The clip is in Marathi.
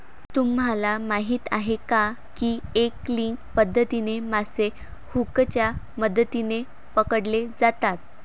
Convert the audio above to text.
तुम्हाला माहीत आहे का की एंगलिंग पद्धतीने मासे हुकच्या मदतीने पकडले जातात